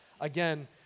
Again